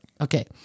Okay